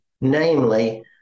namely